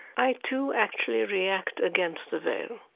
i too actually react against the veil.